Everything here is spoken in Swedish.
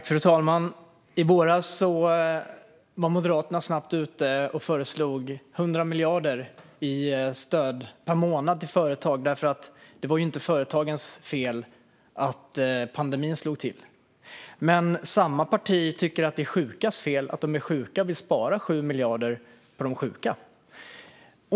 Fru talman! I våras var Moderaterna snabbt ute och föreslog 100 miljarder per månad i stöd till företag, för det var ju inte företagens fel att pandemin slog till. Samma parti tycker dock att det är de sjukas fel att de är sjuka och vill spara 7 miljarder på dem.